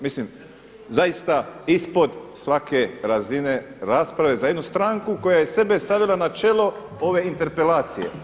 Mislim zaista ispod svake razine rasprave za jednu stranke koja se sebe stavila na čelo ove interpelacije.